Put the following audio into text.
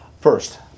First